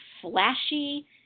flashy